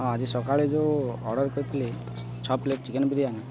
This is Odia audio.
ହଁ ଆଜି ସକାଳେ ଯେଉଁ ଅର୍ଡ଼ର କରିଥିଲି ଛଅ ପ୍ଲେଟ୍ ଚିକେନ୍ ବିରିୟାନୀ